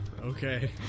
Okay